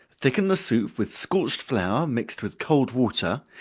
thicken the soup with scorched flour, mixed with cold water,